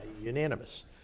Unanimous